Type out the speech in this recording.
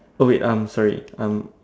oh wait um sorry um